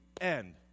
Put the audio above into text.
end